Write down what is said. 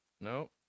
No